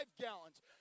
gallons